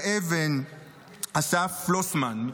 אסף פלוסמן,